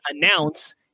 announce